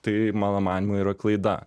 tai mano manymu yra klaida